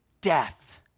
death